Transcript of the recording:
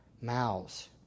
mouths